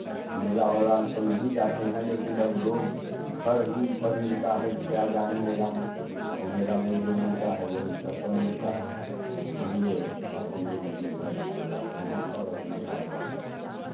मेला ओलां तो नहीं जाते हैं लेकिन अब रोज़ घर ही पर मिलता है तो क्या जाएँ मेला में और मेला में जो मिलता है वही घर पर मिलता है इसलिए अब हम लोग भी घर रहते हैं और अपना कारोबार करते हैं